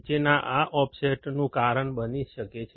નીચેના આ ઓફસેટનું કારણ બની શકે છે